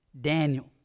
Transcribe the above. Daniel